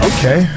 Okay